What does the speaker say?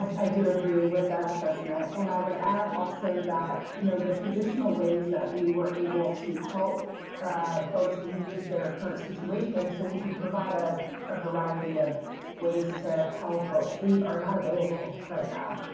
i do agree with that assessment. and i would add also that, you know, the traditional ways that we were able to help folks leave their current situation so we can provide a ah variety of ways to help folks leave are not available right now.